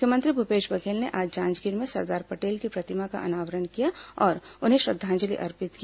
मुख्यमंत्री भूपेश बघेल ने आज जांजगीर में सरदार पटेल की प्रतिमा का अनावरण किया और उन्हें श्रद्वांजलि अर्पित की